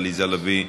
עליזה לביא,